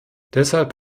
deshalb